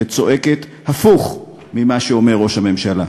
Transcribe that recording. שצועקת הפוך ממה שאומר ראש הממשלה.